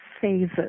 phases